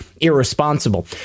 irresponsible